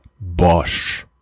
Bosch